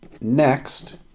next